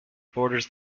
borders